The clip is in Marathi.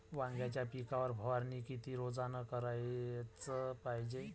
वांग्याच्या पिकावर फवारनी किती रोजानं कराच पायजे?